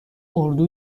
اردو